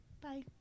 Bye